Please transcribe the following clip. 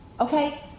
okay